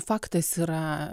faktas yra